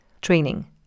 Training